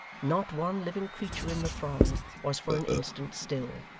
not one living creature in the throng was for an instant still.